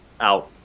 Out